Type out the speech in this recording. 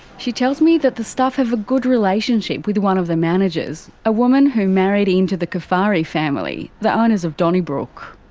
she tells me that the staff have a good relationship with one of the managers, a woman who married into the cufari family, the owners of donnybrook.